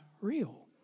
real